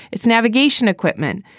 its navigation equipment,